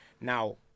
Now